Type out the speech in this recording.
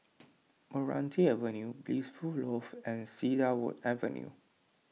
Meranti Avenue Blissful Loft and Cedarwood Avenue